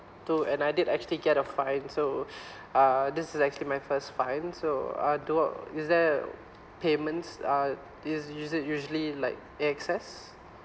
do and I did actually get a fine so uh this is actually my first fine so uh do is there payments uh is is it usually like A_X_S